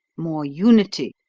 more unity,